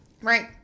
Right